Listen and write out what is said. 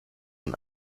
und